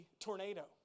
tornado